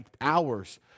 hours